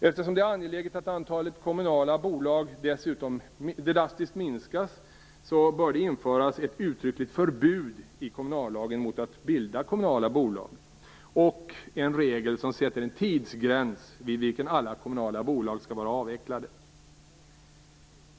Eftersom det är angeläget att antalet kommunala bolag drastiskt minskas bör det införas ett uttryckligt förbud i kommunallagen mot att bilda kommunala bolag och en regel som sätter en tidsgräns, vid vilken alla kommunala bolag skall vara avvecklade.